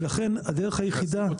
ולכן הדרך היחידה --- את רכסים